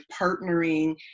partnering